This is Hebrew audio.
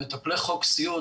מטפלי חוק סיעוד,